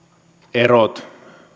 erot